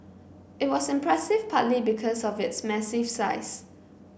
it was impressive partly because of its massive size